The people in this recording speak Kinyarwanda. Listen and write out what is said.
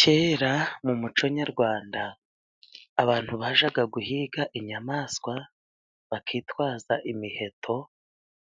Kera mu muco nyarwanda ,abantu bajyaga guhiga inyamaswa ,bakitwaza imiheto